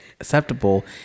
acceptable